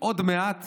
שעוד מעט